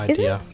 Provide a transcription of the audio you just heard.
Idea